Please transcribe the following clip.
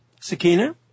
Sakina